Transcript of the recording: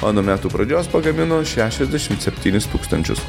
o nuo metų pradžios pagamino šešiasdešimt septynis tūkstančius